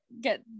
get